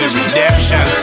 redemption